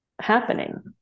happening